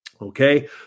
Okay